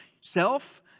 self